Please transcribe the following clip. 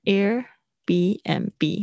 Airbnb